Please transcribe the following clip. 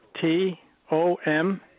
T-O-M